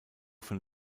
von